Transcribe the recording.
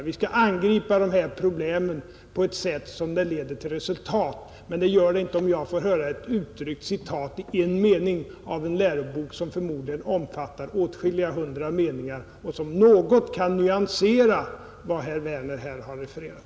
Vi skall angripa dessa problem på ett sätt som leder till resultat. Det gör det inte om jag får höra ett lösryckt citat på en mening ur en lärobok som förmodligen omfattar åtskilliga hundra meningar och som något kan nyansera vad herr Werner har refererat.